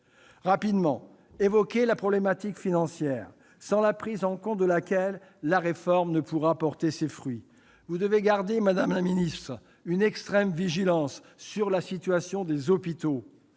rapidement la problématique financière. Si elle n'est pas prise en compte, la réforme ne pourra porter ses fruits. Vous devez garder, madame la ministre, une extrême vigilance sur la situation des hôpitaux,